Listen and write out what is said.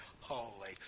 holy